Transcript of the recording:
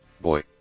Boy